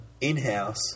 in-house